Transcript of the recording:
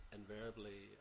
invariably